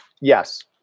yes